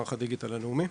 מערך הדיגיטל הלאומי.